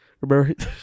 remember